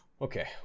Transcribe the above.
Okay